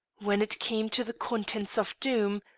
when it came to the contents of doom,